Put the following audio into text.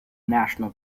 national